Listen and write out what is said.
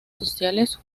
sociales